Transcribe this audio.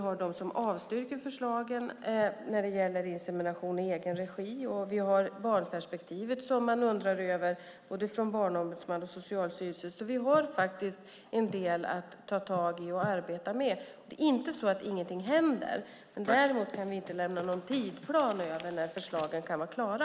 Det finns de som avstyrker förslagen när det gäller insemination i egen regi, och både Barnombudsmannen och Socialstyrelsen undrar över barnperspektivet. Vi har alltså en del att ta tag i och arbeta med. Det är inte så att inget händer. Vi kan dock inte lämna någon tidsplan för när förslagen kan vara klara.